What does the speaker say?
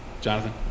Jonathan